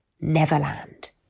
Neverland